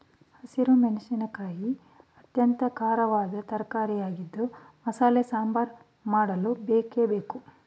ಹಸಿರು ಮೆಣಸಿನಕಾಯಿ ಅತ್ಯಂತ ಖಾರವಾದ ತರಕಾರಿಯಾಗಿದ್ದು ಮಸಾಲೆ ಸಾಂಬಾರ್ ಮಾಡಲು ಬೇಕೇ ಬೇಕು